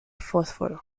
fósforo